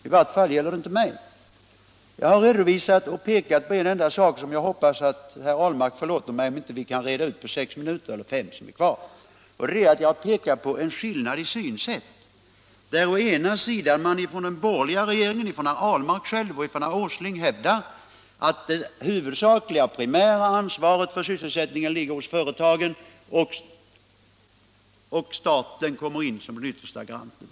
I varje fall gäller det inte mig. Jag har visat på en enda sak — jag hoppas herr Ahlmark förlåter mig om vi inte kan reda ut den på de fem minuter jag har kvar av min talartid —- nämligen en skillnad i synsätt. Den borgerliga regeringen — herr Ahlmark själv och herr Åsling — hävdar att det huvudsakliga och primära ansvaret för sysselsättningen ligger hos företagen och att staten kommer in som den yttersta garanten.